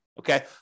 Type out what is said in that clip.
okay